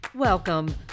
Welcome